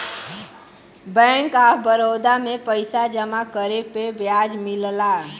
bank of Baroda में पइसा जमा करे पे ब्याज मिलला